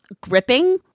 gripping